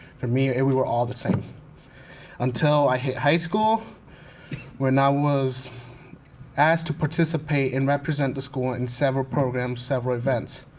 for me, and we were all the same until i hit high school when i was asked to participate and represent the school in several programs, several events,